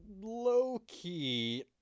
low-key